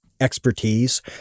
expertise